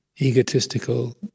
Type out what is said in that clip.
egotistical